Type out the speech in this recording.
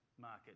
Market